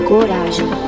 Coragem